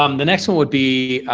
um the next one would be,